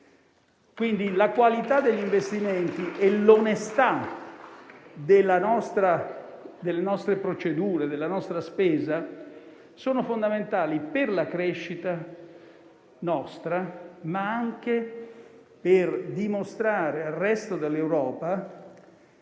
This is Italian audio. Quindi la qualità degli investimenti e l'onestà delle nostre procedure e della nostra spesa sono fondamentali per la nostra crescita, ma anche per dimostrare al resto dell'Europa,